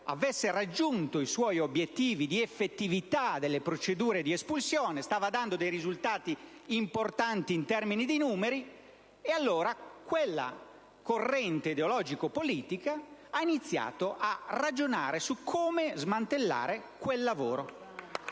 avesse raggiunto i suoi obiettivi di effettività delle procedure di espulsione, stava dando dei risultati importanti in termini di numeri. E allora quella corrente ideologico-politica ha iniziato a ragionare su come smantellare quel lavoro.